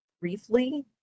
briefly